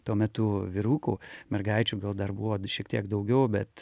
tuo metu vyrukų mergaičių gal dar buvo šiek tiek daugiau bet